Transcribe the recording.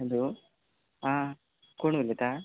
hello आं कोण उलयता